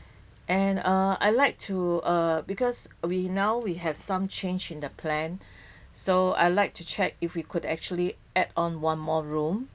and uh I like to uh because we now we have some change in the plan so I like to check if we could actually add on one more room